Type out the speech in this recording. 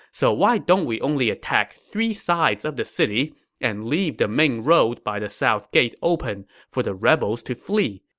so why don't we only attack three sides of the city and leave the main road by the south gate open for the rebels to flee.